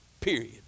Period